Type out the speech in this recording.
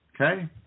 Okay